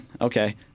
okay